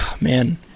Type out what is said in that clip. Man